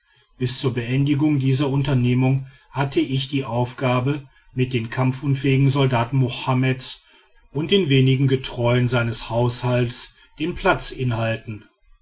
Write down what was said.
bis zur beendigung dieser unternehmung hatte ich die aufgabe mit den kampfunfähigen soldaten mohammeds und den wenigen getreuen seines haushalts den platz